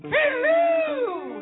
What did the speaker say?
Hello